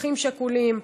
אחים שכולים.